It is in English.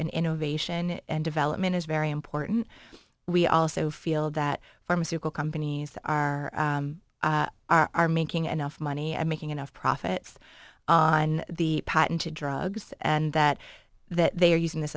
and innovation and development is very important we also feel that pharmaceutical companies are are making enough money and making enough profits on the patent to drugs and that that they are using this